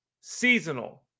Seasonal